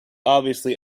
obviously